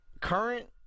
current